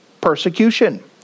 persecution